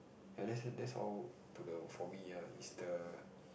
ya that's that's all to the for me ya it's the